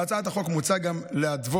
בהצעת החוק מוצע גם להתוות